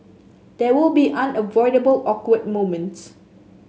there will be unavoidable awkward moments